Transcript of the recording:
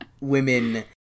women